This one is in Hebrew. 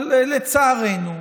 אבל לצערנו,